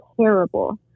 terrible